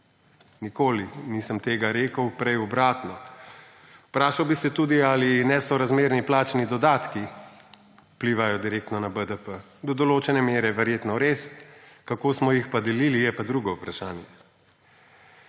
nikoli nisem tega rekel, prej obratno. Vprašal bi se tudi, ali nesorazmerni plačni dodatki vplivajo direktno na BDP. Do določene mere verjetno res, kako smo jih delili, je pa drugo vprašanje.